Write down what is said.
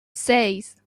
seis